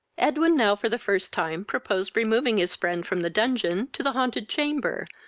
edwin now for the first time proposed removing his friend from the dungeon to the haunted chamber,